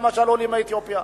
העולים מאתיופיה,